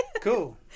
Cool